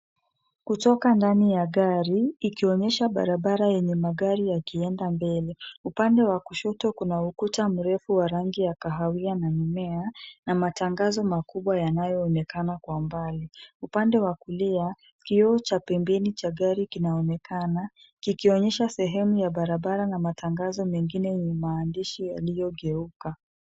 Kutoka ndani ya gari, ikionyesha barabara yenye magari yakienda mbele. Upande wa kushoto kuna ukuta mrefu wa rangi ya kahawia na mimea na matangazo makubwa yanayoonekana kwa mbali. upande wa kulia, kioo cha pembeni ya gari kinaonekana kikionyesha sehemu ya barabara na matangazo mengine yenye maandishi yaliyogeuka.